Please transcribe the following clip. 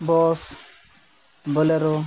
bus bolero